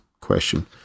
question